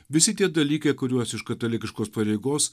visi tie dalykai kuriuos iš katalikiškos pareigos